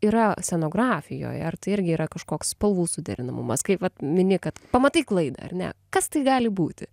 yra scenografijoje ar tai irgi yra kažkoks spalvų suderinamumas kaip vat mini kad pamatai klaidą ar ne kas tai gali būti